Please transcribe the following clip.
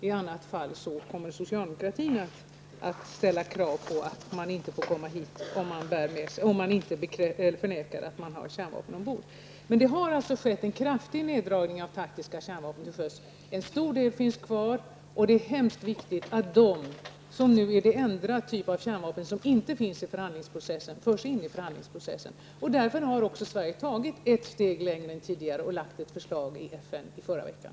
I annat fall kommer socialdemokratin att ställa krav på att fartyg inte får komma hit om de inte förnekar att de har kärnvapen ombord. Det har alltså skett en kraftig neddragning av taktiska kärnvapen till sjöss. En stor del finns kvar, och det är mycket viktigt att dessa förs in i förhandlingsprocessen, eftersom de nu är den enda typen av kärnvapen som inte finns med i förhandlingsprocessen. Av den anledningen har Sverige också gått ett steg längre än tidigare genom att vi i förra veckan lade fram ett förslag i FN.